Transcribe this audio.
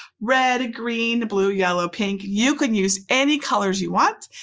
red, green, blue, yellow, pink. you can use any colors you want.